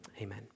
amen